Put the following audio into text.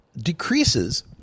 decreases